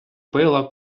пила